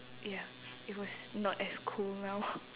ya it was not as cool now